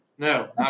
No